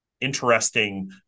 interesting